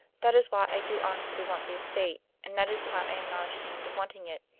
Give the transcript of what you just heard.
that is why i do honestly want the estate, and that is why i am not ashamed of wanting it.